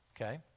okay